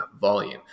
volume